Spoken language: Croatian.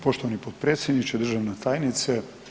Poštovani potpredsjedniče, državna tajnice.